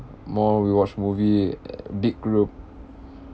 mall we watch movie err big group